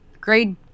grade